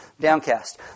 downcast